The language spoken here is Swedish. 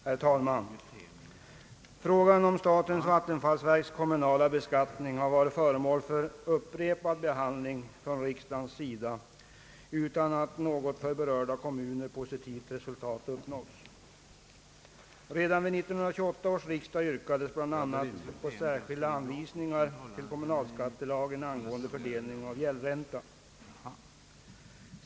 Herr talman! Frågan om statens vattenfallsverks kommunala beskattning har varit föremål för upprepad behandling från riksdagens sida, utan att något för berörda kommuner positivt resultat uppnåtts. Redan vid 1928 års riksdag yrkades bl.a. på särskilda anvisningar till kommunalskattelagen angående fördelningen av gäldränta.